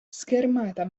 schermata